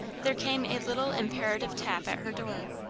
there came a little imperative tap at her door.